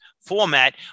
format